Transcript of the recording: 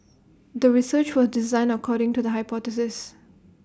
the research was designed according to the hypothesis